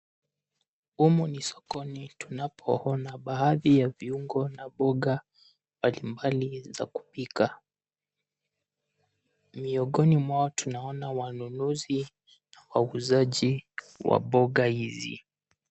Humu ni sokoni tunapoona baadhi ya viungo na mboga mbalimbali za kupika. Miongoni mwao tunaona wanunuzi na wauzaji wa mboga hizi.